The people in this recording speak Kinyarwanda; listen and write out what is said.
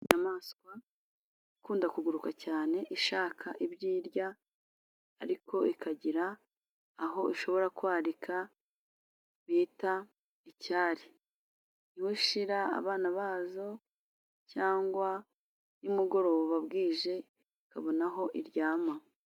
Inyamaswa ikunda kuguruka cyane ishaka ibyo irya, ariko ikagira aho ishobora kwarika bita icyari. Niho ishira abana bazo cyangwa nimugoroba bwije ikabona aho iryama.